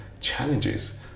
challenges